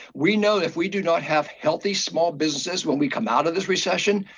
we know if we do not have healthy small businesses when we come out of this recession.